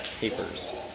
papers